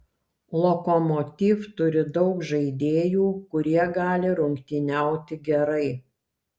lokomotiv turi daug žaidėjų kurie gali rungtyniauti gerai